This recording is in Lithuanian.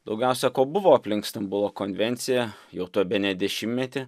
daugiausiai ko buvo aplink stambulo konvenciją jau bene dešimtmetį